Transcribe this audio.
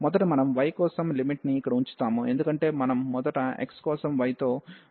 మొదట మనం y కోసం లిమిట్ ని ఇక్కడ ఉంచుతాము ఎందుకంటే మనం మొదట x కోసం y తో మొదట ఇంటిగ్రల్ చేయబోతున్నాము